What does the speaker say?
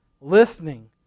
Listening